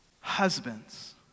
Husbands